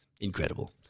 Incredible